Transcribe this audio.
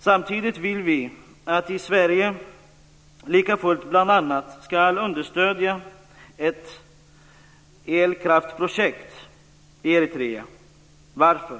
Samtidigt vill vi att Sverige ska understödja bl.a. ett elkraftprojekt i Eritrea. Varför?